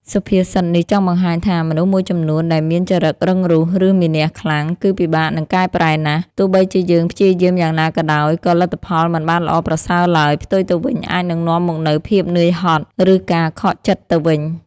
សុភាសិតនេះចង់បង្ហាញថា មនុស្សមួយចំនួនដែលមានចរិតរឹងរូស ឬមានះខ្លាំង គឺពិបាកនឹងកែប្រែណាស់ ទោះបីជាយើងព្យាយាមយ៉ាងណាក៏ដោយ ក៏លទ្ធផលមិនបានល្អប្រសើរឡើយ ផ្ទុយទៅវិញអាចនឹងនាំមកនូវភាពនឿយហត់ ឬការខកចិត្តទៅវិញ។